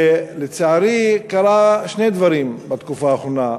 לצערי, קרו שני דברים בתקופה האחרונה: